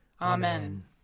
Amen